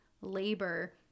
labor